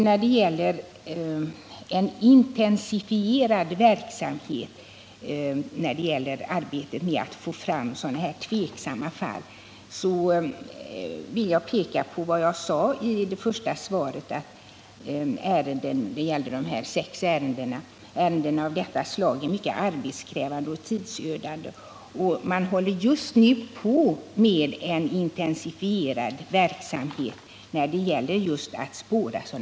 När det gäller en intensifierad verksamhet för att få fram sådana här tvivelaktiga fall vill jag peka på vad jag sade om dessa sex ärenden i interpellationssvaret: Ärenden av detta slag är mycket arbetskrävande och tidsödande”. Ansvarsnämnden har därför fått extra resurser, vilket bör leda till att ärendebalansen minskar.